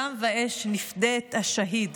בדם ואש נפדה את השהיד.